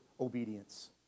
obedience